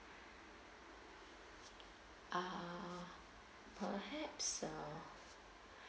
ah perhaps uh